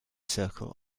circle